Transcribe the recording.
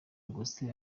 augustin